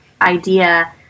idea